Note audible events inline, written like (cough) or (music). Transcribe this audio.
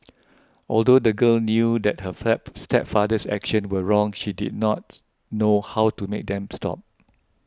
although the girl knew that her (unintelligible) stepfather's actions were wrong she did not know how to make them stop